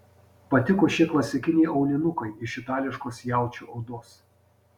patiko šie klasikiniai aulinukai iš itališkos jaučio odos